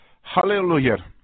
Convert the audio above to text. Hallelujah